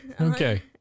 Okay